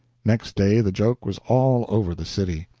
next day the joke was all over the city.